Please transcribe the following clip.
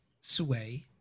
sway